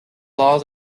laws